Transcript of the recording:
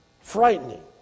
frightening